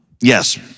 yes